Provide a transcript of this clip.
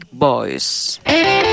Boys